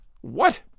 What